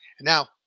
Now